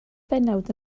bennawd